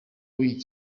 w’iyi